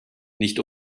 nicht